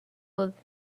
with